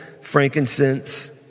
frankincense